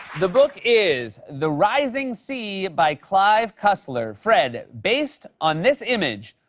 the book is the rising sea by clive cussler. fred, based on this image,